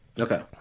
Okay